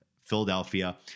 Philadelphia